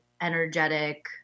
energetic